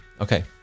okay